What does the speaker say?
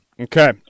Okay